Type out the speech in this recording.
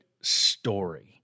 story